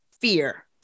fear